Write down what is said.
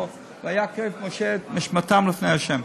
"ויקרב משה את משפטן לפני ה'".